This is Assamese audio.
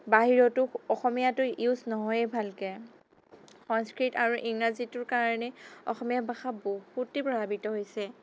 বাহিৰতো অসমীয়াটো ইউজ নহয়েই ভালকৈ সংস্কৃত আৰু ইংৰাজীটোৰ কাৰণে অসমীয়া ভাষা বহুতেই প্ৰভাৱিত হৈছে